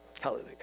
Hallelujah